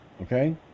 okay